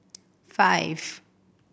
five